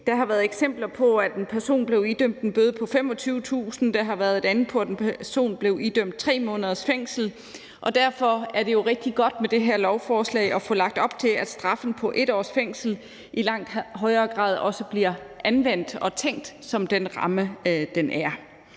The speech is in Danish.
Der har været eksempler på, at en person blev idømt en bøde på 25.000 kr., og der har været et andet eksempel, hvor en person blev idømt 3 måneders fængsel. Og derfor er det jo rigtig godt med det her lovforslag at få lagt op til, at straffen på 1 års fængsel i langt højere grad også bliver anvendt og tænkt som den ramme, den er.